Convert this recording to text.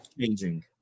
changing